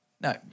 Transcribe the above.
No